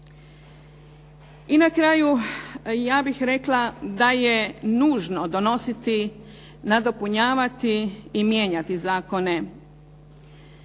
I na kraju, ja bih rekla da je nužno donositi, nadopunjavati i mijenjati zakone.